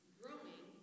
growing